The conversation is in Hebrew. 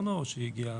חזרנו לתווי השי?